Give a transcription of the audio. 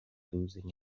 losing